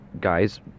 guy's